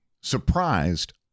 surprised